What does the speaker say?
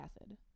acid